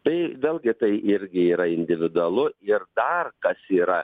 tai vėlgi tai irgi yra individualu ir dar kas yra